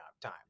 time